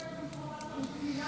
הקואליציוני?